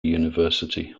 university